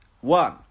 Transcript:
One